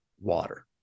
water